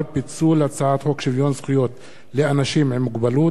זכויות לאנשים עם מוגבלות (תיקון מס' 9),